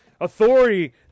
authority